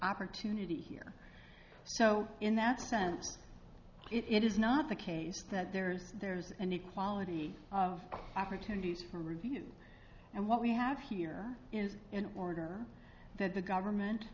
opportunity here so in that sense it is not the case that there's there's an equality of opportunities for review and what we have here is an order that the government